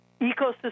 ecosystem